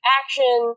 action